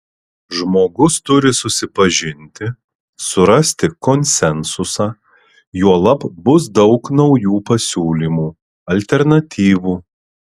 žmogus turi susipažinti surasti konsensusą juolab bus daug naujų pasiūlymų alternatyvų